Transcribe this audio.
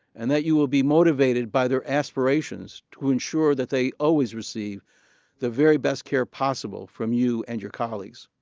and that you will be motivated by their aspirations to ensure that they always receive the very best care possible from you and your colleagues.